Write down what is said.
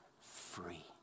free